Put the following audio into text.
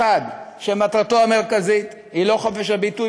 1. מטרתו המרכזית היא לא חופש הביטוי